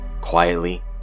quietly